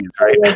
right